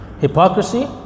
hypocrisy